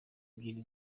ebyiri